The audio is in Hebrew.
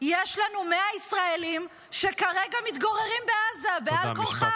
שיש לנו 100 ישראלים שכרגע מתגוררים בעזה בעל כורחם.